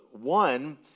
One